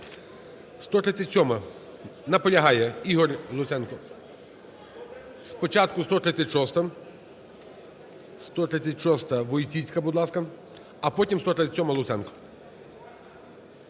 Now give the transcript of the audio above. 137-а. Наполягає Ігор Луценко. Спочатку 136-а. 136-а, Войціцька, будь ласка, а потім 137-а Луценко.